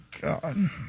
God